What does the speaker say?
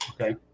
Okay